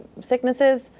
sicknesses